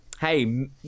hey